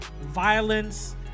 violence